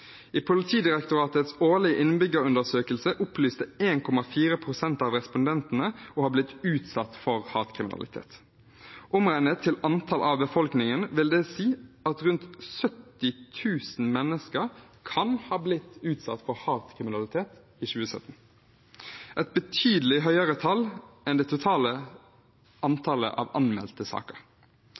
I Politidirektoratets årlige innbyggerundersøkelse opplyste 1,4 pst. av respondentene å ha blitt utsatt for hatkriminalitet. Omregnet til antall av befolkningen vil det si at rundt 70 000 mennesker kan ha blitt utsatt for hatkriminalitet i 2017 – et betydelig høyere tall enn det totale antallet anmeldte saker.